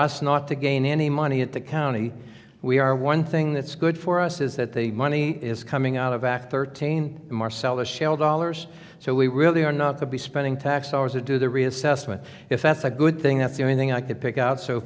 us not to gain any money at the county we are one thing that's good for us is that the money is coming out of act thirteen marcellus shale dollars so we really are not to be spending tax dollars a do the reassessment if that's a good thing that's the only thing i could pick out so